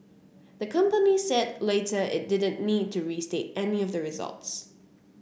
the company said later it didn't need to restate any of its results